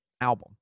album